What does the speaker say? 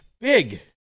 big